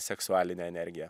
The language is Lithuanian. seksualine energije